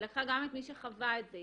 היא לקחה גם את מי שחווה את זה,